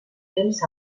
temps